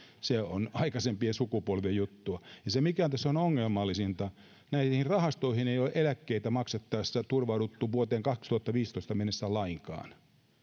se on aikaisempien sukupolvien juttua ja se mikä tässä on ongelmallisinta on se että näihin rahastoihin ei ole eläkkeitä maksettaessa turvauduttu vuoteen kaksituhattaviisitoista mennessä lainkaan